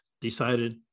decided